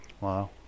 wow